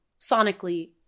sonically